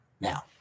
Now